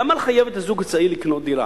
למה לחייב את הזוג הצעיר לקנות דירה,